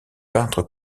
peintres